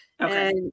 Okay